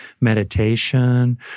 meditation